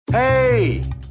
Hey